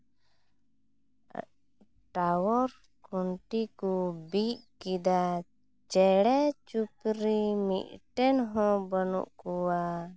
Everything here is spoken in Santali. ᱴᱟᱣᱟᱨ ᱠᱷᱩᱱᱴᱤ ᱠᱚ ᱵᱤᱫ ᱠᱮᱫᱟ ᱪᱮᱬᱮ ᱪᱩᱯᱨᱤ ᱢᱤᱫᱴᱮᱱ ᱦᱚᱸ ᱵᱟᱹᱱᱩᱜ ᱠᱚᱣᱟ